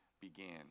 began